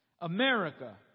America